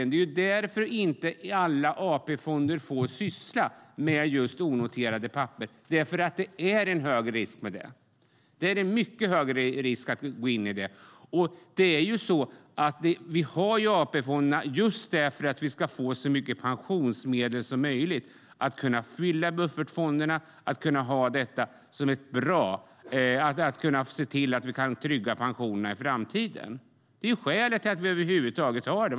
Det är därför inte alla AP-fonder får syssla med onoterade papper: Det finns en hög risk i det. Det medför en mycket högre risk att gå in i det, och vi har ju AP-fonderna för att få så mycket pensionsmedel som möjligt, kunna fylla buffertfonderna och trygga pensionerna i framtiden. Det är skälet till att vi över huvud taget har AP-fonder.